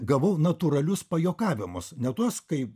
gavau natūralius pajuokavimus ne tuos kai